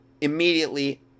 immediately